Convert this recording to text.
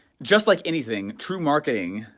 just like anything true marketing,